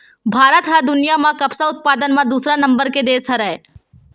भारत ह दुनिया म कपसा उत्पादन म दूसरा नंबर के देस हरय